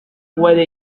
puede